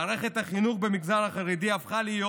מערכת החינוך במגזר החרדי הפכה להיות